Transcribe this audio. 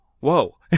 Whoa